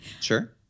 Sure